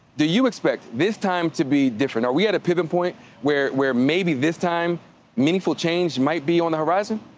do you expect this time to be different? are we at a pivot point where where maybe this time meaningful change might be on the horizon?